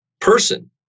person